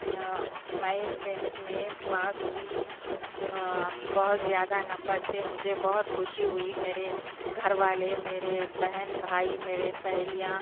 میں ٹینتھ میں پاس ہوئی بہت زیادہ نمبر سے مجھے بہت خوشی ہوئی میرے گھر والے میرے بہن بھائی میرے سہیلیاں